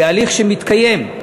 בהליך שמתקיים.